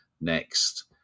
next